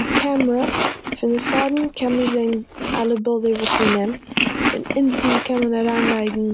א קעמערע פון די פארנט קען מען זען אלע בילדער וואס מ'נעמט, פון אונטן קען מען אריינלייגן